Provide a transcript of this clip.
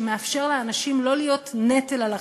שמאפשר לאנשים לא להיות נטל על החברה.